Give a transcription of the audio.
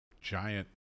giant